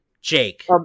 Jake